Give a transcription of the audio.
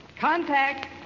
Contact